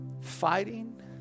Fighting